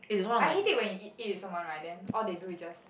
I hate it when you eat eat with someone right then all they do is just